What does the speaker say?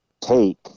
take